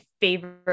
favorite